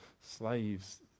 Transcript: slaves